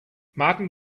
martin